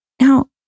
Now